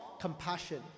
compassion